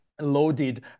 loaded